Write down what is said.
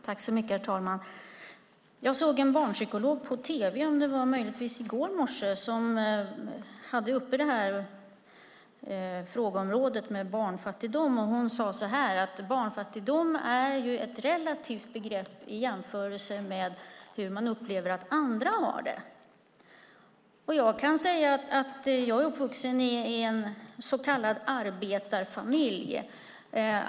Herr talman! Jag såg en barnpsykolog på tv, möjligtvis i går morse, som hade uppe frågeområdet med barnfattigdom. Hon sade: Barnfattigdom är ett relativt begrepp i jämförelse med hur man upplever att andra har det. Jag är uppvuxen i en så kallad arbetarfamilj.